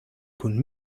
kun